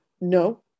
No